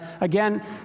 again